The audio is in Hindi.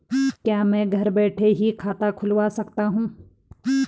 क्या मैं घर बैठे ही खाता खुलवा सकता हूँ?